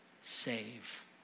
save